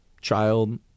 child